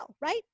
right